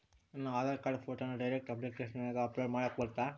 ನನ್ನ ಆಧಾರ್ ಕಾರ್ಡ್ ಫೋಟೋನ ಡೈರೆಕ್ಟ್ ಅಪ್ಲಿಕೇಶನಗ ಅಪ್ಲೋಡ್ ಮಾಡಾಕ ಬರುತ್ತಾ?